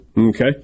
Okay